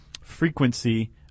frequency